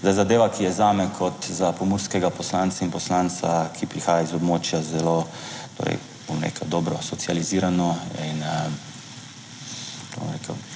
zadeva, ki je zame kot za pomurskega poslanca in poslanca, ki prihaja iz območja zelo, torej, bom rekel, dobro socializirano in bom rekel,